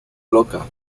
loca